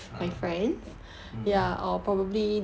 ah mm